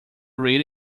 read